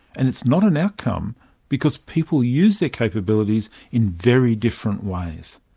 and it is not an outcome, because people use their capabilities in very different ways.